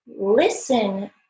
listen